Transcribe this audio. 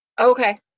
Okay